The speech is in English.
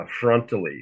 frontally